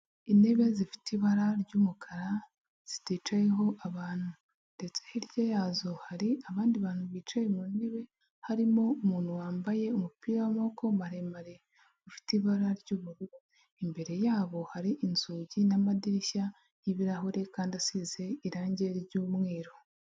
Intebe zifite ibara ry'umukara ziticayeho abantu. Ndetse hirya yazo hari abandi bantu bicaye mu ntebe, harimo umuntu wambaye umupira w'amaboko maremare ufite ibara ry'ubururu, imbere yabo hari inzugi n'amadirishya y'ibirahure kandi asize irangi ry'umweru.